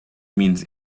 means